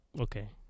Okay